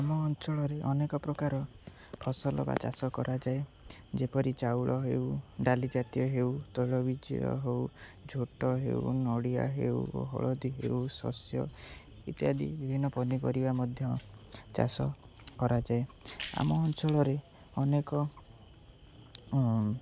ଆମ ଅଞ୍ଚଳରେ ଅନେକ ପ୍ରକାର ଫସଲ ବା ଚାଷ କରାଯାଏ ଯେପରି ଚାଉଳ ହେଉ ଡାଲି ଜାତୀୟ ହେଉ ତୈଳବିଜ ହେଉ ଝୋଟ ହେଉ ନଡ଼ିଆ ହେଉ ହଳଦୀ ହେଉ ଶସ୍ୟ ଇତ୍ୟାଦି ବିଭିନ୍ନ ପନିପରିବା ମଧ୍ୟ ଚାଷ କରାଯାଏ ଆମ ଅଞ୍ଚଳରେ ଅନେକ